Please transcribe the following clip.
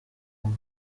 tym